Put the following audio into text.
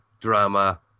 drama